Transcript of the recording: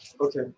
Okay